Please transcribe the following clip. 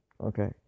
okay